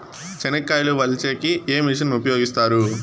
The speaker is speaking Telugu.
చెనక్కాయలు వలచే కి ఏ మిషన్ ను ఉపయోగిస్తారు?